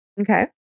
Okay